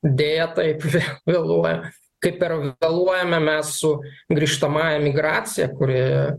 deja taip vėluoja kaip ir vėluojame mes su grįžtamąja migracija kurie